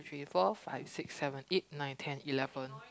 one two three four five six seven eight night ten eleven